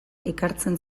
ekartzen